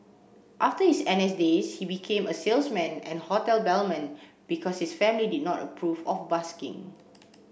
after his N S days he became a salesman and hotel bellman because his family did not approve of busking